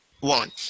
one